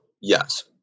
Yes